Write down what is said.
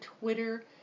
Twitter